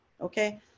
Okay